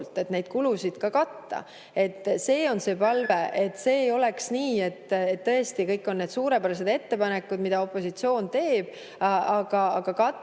et neid kulusid ka katta. See on see palve. Et ei oleks nii, et tõesti kõik on suurepärased ettepanekud, mida opositsioon teeb, aga katteallika